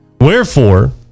wherefore